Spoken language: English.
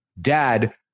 dad